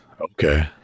okay